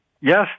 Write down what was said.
yes